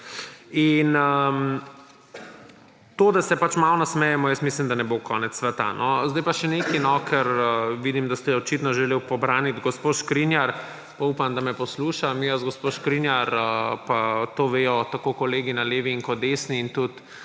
In to, da se pač malo nasmejemo, mislim, da ne bo konec sveta. Zdaj pa še nekaj, ker vidim, da ste očitno želeli obraniti gospo Škrinjar. Pa upam, da me posluša. Midva z gospo Škrinjar, pa to vedo tako kolegi na levi kot desni, in tudi